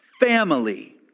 family